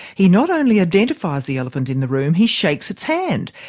he not only identifies the elephant in the room, he shakes it's hand,